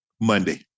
Monday